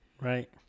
Right